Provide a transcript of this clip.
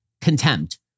contempt